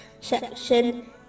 section